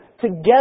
together